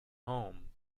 home